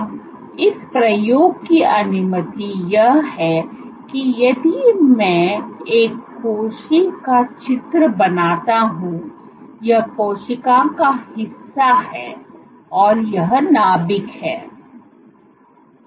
अब इस प्रयोग की अनुमति यह है कि यदि मैं एक कोशि का चित्र बनाता हूं यह कोशिका का हिस्सा है और यह नाभिक है